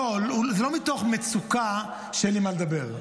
לא, זה לא מתוך מצוקה שאין לי מה לדבר.